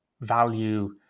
value